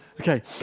Okay